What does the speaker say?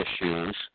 issues